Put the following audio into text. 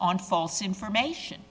on false information